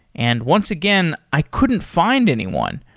and once again, i couldn't find anyone.